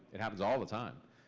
it happens all the time.